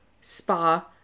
spa